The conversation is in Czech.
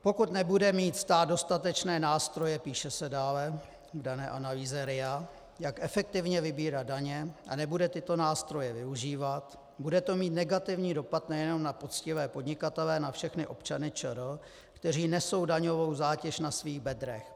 Pokud nebude mít stát dostatečné nástroje, píše se dále v dané analýze RIA, jak efektivně vybírat daně, a nebude tyto nástroje využívat, bude to mít negativní dopad nejenom na poctivé podnikatele, na všechny občany ČR, kteří nesou daňovou zátěž na svých bedrech.